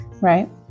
Right